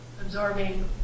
absorbing